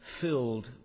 filled